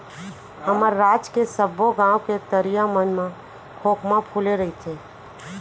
हमर राज के सबो गॉंव के तरिया मन म खोखमा फूले रइथे